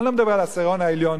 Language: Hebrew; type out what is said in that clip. אני לא מדבר על העשירון העליון,